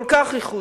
כל כך ייחודי,